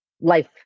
life